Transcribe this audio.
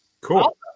Cool